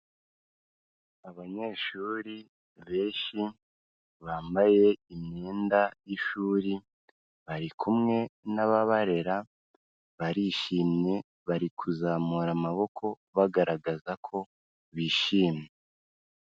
Abanyeshuri benshi, bambaye imyenda y'ishuri, bari kumwe n'ababarera, barishimye, bari kuzamura amaboko, bagaragaza ko bishimye.